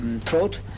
throat